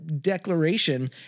declaration